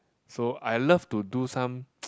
so I love to do some